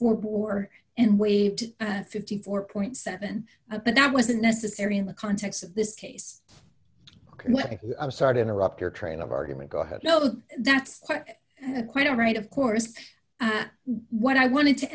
war and waived fifty four point seven a but that wasn't necessary in the context of this case i'm sorry to interrupt your train of argument go ahead no that's quite all right of course what i wanted to